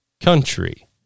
country